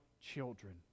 children